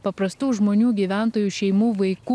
paprastų žmonių gyventojų šeimų vaikų